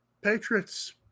Patriots